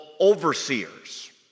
overseers